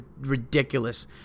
ridiculous